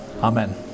Amen